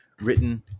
written